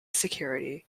security